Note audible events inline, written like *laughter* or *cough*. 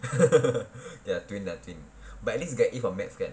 *laughs* they're doing nothing but at least get A for math kan